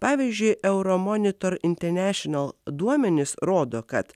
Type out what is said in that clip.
pavyzdžiui eiromonitor intenešinal duomenys rodo kad